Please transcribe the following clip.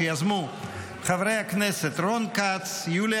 שיזמו חברי הכנסת רון כץ, יוליה